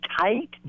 tight